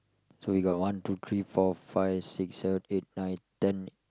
so you go one two three four five six seven eight nine ten